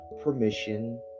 permission